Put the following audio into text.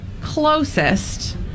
closest